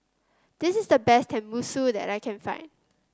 this is the best Tenmusu that I can find